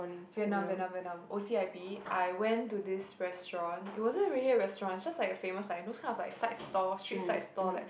Vietnam Vietnam Vietnam O_C_I_B I went to this restaurant it wasn't really a restaurant it just like a famous like those kind of side store street side store like